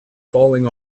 falling